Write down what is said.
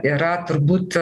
yra turbūt